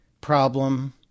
problem